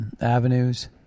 avenues